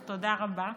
אז תודה רבה.